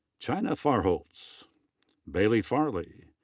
chynna fahrholz bailey farley.